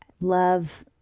love